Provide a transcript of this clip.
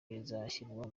bizashyirwa